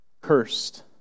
cursed